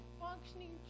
functioning